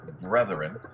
brethren